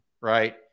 Right